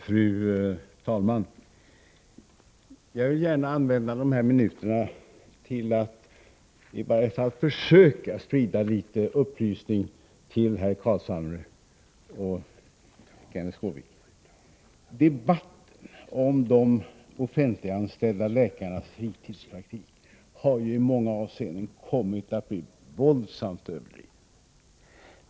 Fru talman! Jag vill gärna använda de här minuterna till att i varje fall försöka sprida litet upplysning till herr Carlshamre och Kenth Skårvik. Debatten om de offentliganställda läkarnas fritidspraktik har i många avseenden kommit att bli våldsamt överdriven.